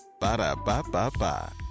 Ba-da-ba-ba-ba